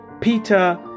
Peter